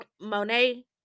Monet